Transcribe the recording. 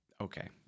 Okay